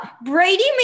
Brady